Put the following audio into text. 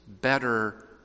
better